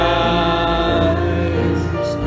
eyes